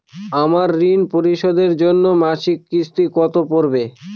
আমার ঋণ পরিশোধের জন্য মাসিক কিস্তি কত পড়বে?